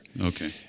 Okay